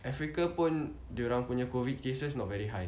africa pun dia orang punya COVID cases not very high